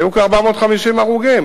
היו כ-450 הרוגים.